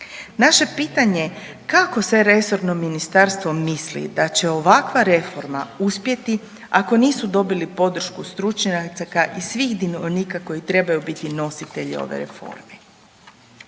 Naše pitanje je kako se resorno ministarstvo misli da će ovakva reforma uspjeti ako nisu dobili podršku stručnjaka i svih dionika koji trebaju biti nositelji ove reforme'